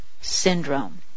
syndrome